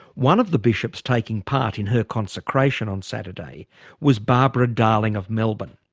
one of the bishops taking part in her consecration on saturday was barbara darling of melbourne.